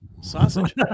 sausage